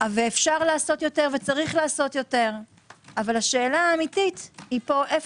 ואפשר וצריך לעשות יותר אבל השאלה האמיתית היא איפה